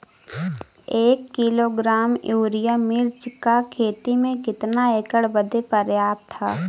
एक kilogram urea मिर्च क खेती में कितना एकड़ बदे पर्याप्त ह?